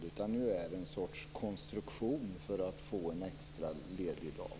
I stället är det en sorts konstruktion för att få en extra ledig dag.